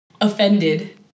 offended